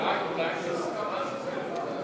אתה מבקש לוועדת החינוך?